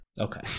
Okay